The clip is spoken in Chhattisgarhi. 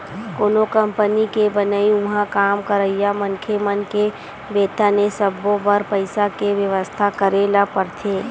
कोनो कंपनी के बनई, उहाँ काम करइया मनखे मन के बेतन ए सब्बो बर पइसा के बेवस्था करे ल परथे